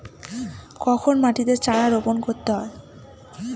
কখন মাটিতে চারা রোপণ করতে হয়?